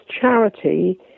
charity